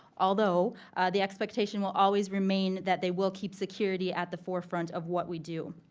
although the expectation will always remain that they will keep security at the forefront of what we do.